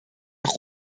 auch